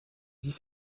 dix